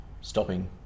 stopping